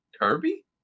Kirby